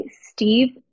Steve